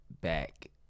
back